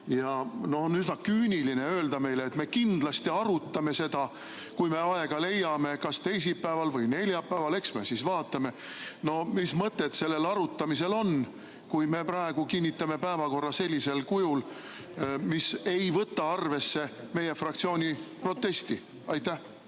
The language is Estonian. ja on üsna küüniline öelda meile, et me kindlasti arutame seda, kui me aega leiame, kas teisipäeval või neljapäeval, ja eks me siis vaatame. Mis mõtet sellel arutamisel on, kui me praegu kinnitame päevakorra sellisel kujul, mis ei võta arvesse meie fraktsiooni protesti? Aitäh!